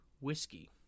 whiskey